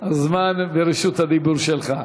הזמן ורשות הדיבור שלך.